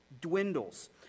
dwindles